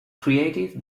creative